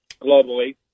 globally